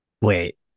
Wait